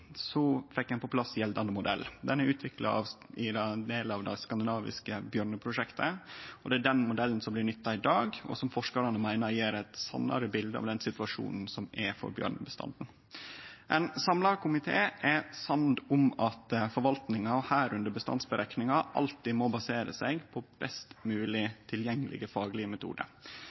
2010 fekk ein på plass gjeldande modell. Han er utvikla som ein del av det skandinaviske bjørneprosjektet, og det er den modellen som blir nytta i dag, og som forskarane meiner gjev eit sannare bilde av den situasjonen som er for bjørnebestanden. Ein samla komité er samd om at forvaltinga, under det bestandsberekninga, alltid må basere seg på best tilgjengelege faglege metode.